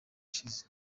ishize